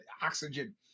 oxygen